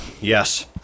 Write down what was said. Yes